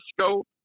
scope